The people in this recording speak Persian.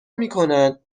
میکنن